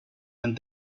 and